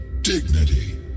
dignity